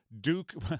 Duke